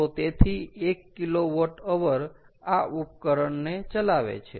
તો તેથી 1 કિલોવોટઅવર આ ઉપકરણને ચલાવે છે